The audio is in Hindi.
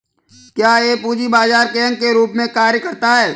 क्या यह पूंजी बाजार के अंग के रूप में कार्य करता है?